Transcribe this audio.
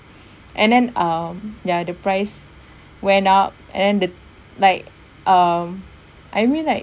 and then um yeah the price went up and then the like um I mean like